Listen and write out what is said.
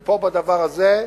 ופה, בדבר הזה,